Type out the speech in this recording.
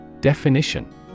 Definition